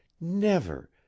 Never